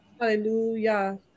Hallelujah